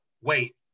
wait